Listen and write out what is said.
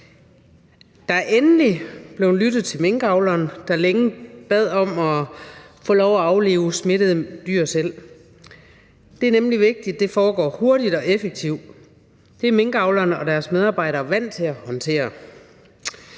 Der er endelig blevet lyttet til minkavlere, der længe bad om at få lov til at aflive smittede dyr selv. Det er nemlig vigtigt, at det foregår hurtigt og effektivt. Det er minkavlerne og deres medarbejdere vant til at håndtere.